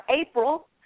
April